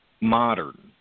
modern